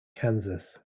kansas